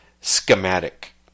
schematic